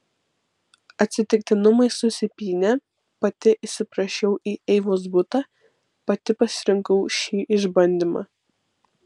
atsitiktinumai susipynė pati įsiprašiau į eivos butą pati pasirinkau šį išbandymą